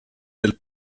del